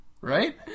Right